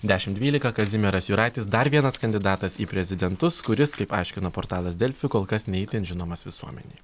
dešim dvylika kazimieras juraitis dar vienas kandidatas į prezidentus kuris kaip aiškino portalas delfi kol kas ne itin žinomas visuomenėj